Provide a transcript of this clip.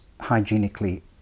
hygienically